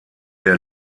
der